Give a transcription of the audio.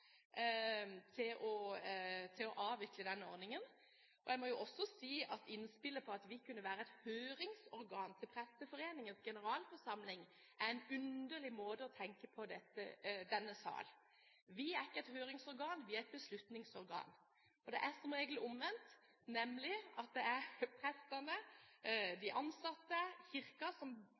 Jeg må også si at innspillet om at vi kunne være et høringsorgan til Presteforeningens generalforsamling, er en underlig måte å tenke på i denne sal. Vi er ikke et høringsorgan, vi er et beslutningsorgan. Det er som regel omvendt, nemlig at det er prestene, de ansatte, Kirken som